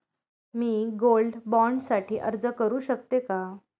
मी gold bond साठी अर्ज करु शकते का?